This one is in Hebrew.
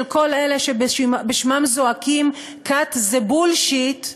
של כל אלה שבשמם זועקים cut the bullshit,